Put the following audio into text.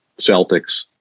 Celtics